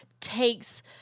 takes